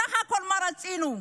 בסך הכול מה רצינו?